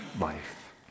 life